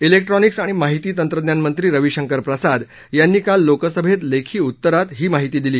electronics आणि माहिती तंत्रज्ञान मंत्री रवी शंकर प्रसाद यांनी काल लोकसभेत लेखी उत्तरात ही माहिती दिली